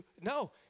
No